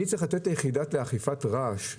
אני צריך לתת שני מיליון ליחידה לאכיפת רעש?